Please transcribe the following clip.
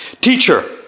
teacher